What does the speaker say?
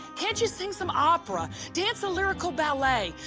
can't you sing some opera, dance a lyrical ballet?